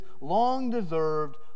long-deserved